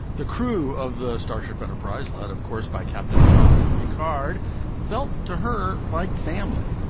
the crew of the starship enterprise led of course by captain john luc picard felt to her like family.